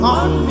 on